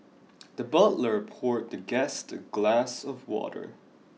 the butler poured the guest a glass of water